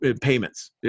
payments